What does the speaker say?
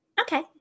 Okay